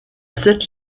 sept